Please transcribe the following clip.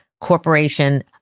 Corporation